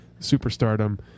superstardom